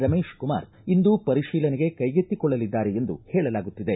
ರಮೇಶ್ ಕುಮಾರ್ ಇಂದು ಪರಿಶೀಲನೆಗೆ ಕೈಗೆತ್ತಿಕೊಳ್ಳಲಿದ್ದಾರೆ ಎಂದು ಹೇಳಲಾಗುತ್ತಿದೆ